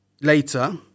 later